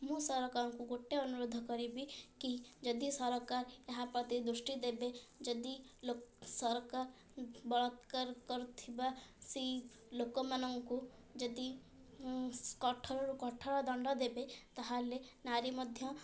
ମୁଁ ସରକାରଙ୍କୁ ଗୋଟେ ଅନୁରୋଧ କରିବି କି ଯଦି ସରକାର ଏହା ପ୍ରତି ଦୃଷ୍ଟି ଦେବେ ଯଦି ସରକାର ବଳତ୍କାର କରିଥିବା ସେହି ଲୋକମାନଙ୍କୁ ଯଦି କଠୋରରୁ କଠୋର ଦଣ୍ଡ ଦେବେ ତା'ହେଲେ ନାରୀ ମଧ୍ୟ